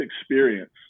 experience